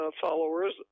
followers